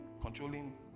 controlling